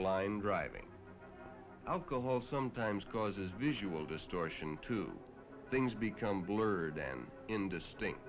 blind driving alcohol sometimes causes visual distortion two things become blurred and indistinct